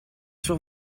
sur